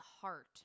heart